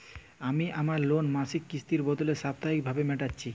আমি আমার লোন মাসিক কিস্তির বদলে সাপ্তাহিক ভাবে মেটাচ্ছি